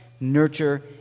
nurture